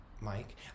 Mike